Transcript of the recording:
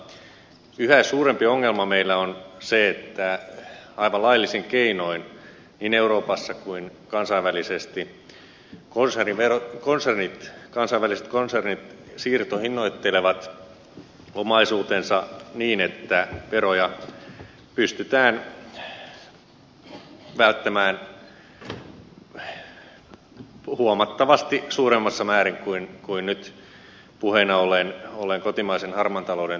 mutta yhä suurempi ongelma meillä on se että aivan laillisin keinoin niin euroopassa kuin kansainvälises ti kansainväliset konsernit siirtohinnoittelevat omaisuutensa niin että veroja pystytään välttämään huomattavasti suuremmassa määrin kuin nyt puheena olleen kotimaisen harmaan talouden keinoin